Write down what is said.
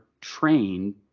trained